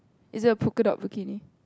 is a polka dot bikini